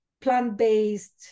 plant-based